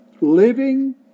Living